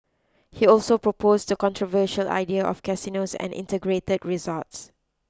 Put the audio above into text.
he also proposed the controversial idea of casinos or integrated resorts